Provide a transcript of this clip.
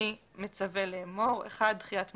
אני מצווה לאמור: דחיית מועד.